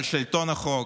על שלטון החוק,